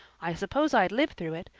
i suppose i'd live through it,